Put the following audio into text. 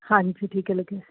ਹਾਂਜੀ ਠੀਕ ਹੈ ਲੱਗੇ